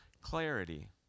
clarity